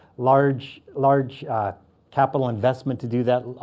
large large capital investment to do that,